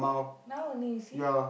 now only you see